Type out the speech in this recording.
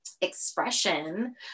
expression